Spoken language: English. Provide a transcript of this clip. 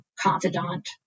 confidant